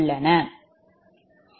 எனவே இந்த 0